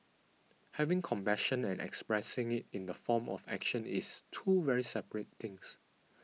having compassion and expressing it in the form of action is two very separate things